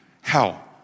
hell